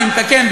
אני מתקן,